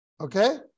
Okay